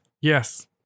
Yes